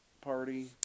party